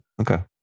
Okay